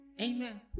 Amen